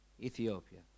Ethiopia